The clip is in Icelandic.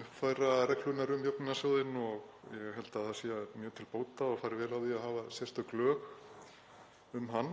uppfæra reglurnar um jöfnunarsjóðinn og ég held að það sé mjög til bóta og fari vel á því að hafa sérstök lög um hann.